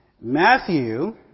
Matthew